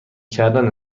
کردن